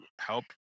help